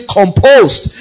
composed